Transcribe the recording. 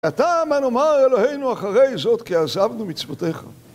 ועתה מה נאמר אלוהינו אחרי זאת, כי עזבנו מצוותיך